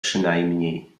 przynajmniej